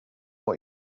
what